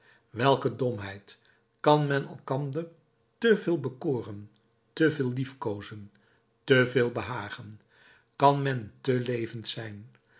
welke domheid kan men elkander te veel bekoren te veel liefkoozen te veel behagen kan men te levend zijn